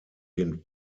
den